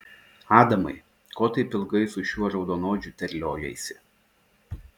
adamai ko taip ilgai su šiuo raudonodžiu terliojaisi